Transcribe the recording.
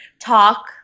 talk